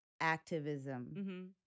activism